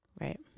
Right